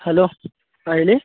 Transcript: hello ಹಾಂ ಹೇಳಿ